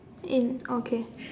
in okay